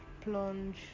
plunge